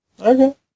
Okay